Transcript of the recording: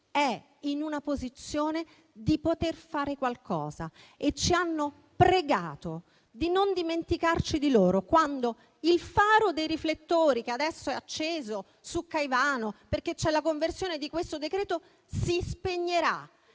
è nella posizione di poter fare qualcosa e ci hanno pregato di non dimenticarci di loro, quando il faro dei riflettori che adesso è acceso su Caivano, perché siamo in fase di conversione di questo decreto, si spegnerà.